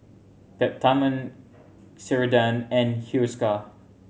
Peptamen Ceradan and Hiruscar